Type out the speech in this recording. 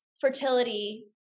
fertility